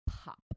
pop